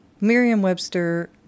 Merriam-Webster